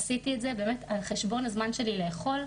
עשיתי את זה באמת על חשבון הזמן שלי לאכול,